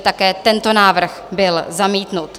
Také tento návrh byl zamítnut.